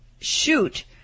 shoot